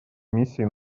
миссией